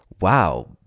wow